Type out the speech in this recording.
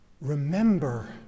Remember